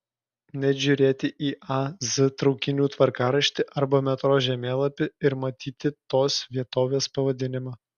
net žiūrėti į a z traukinių tvarkaraštį arba metro žemėlapį ir matyti tos vietovės pavadinimą